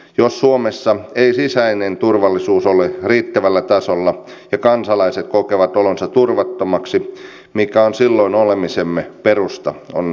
jos suomessa ei sisäinen turvallisuus ole riittävällä tasolla ja kansalaiset kokevat olonsa turvattomaksi mikä on silloin olemisemme perusta on syytä kysyä